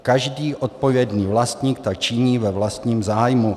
Každý odpovědný vlastník tak činí ve vlastním zájmu.